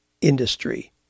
industry